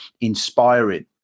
inspiring